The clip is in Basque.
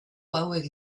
hauek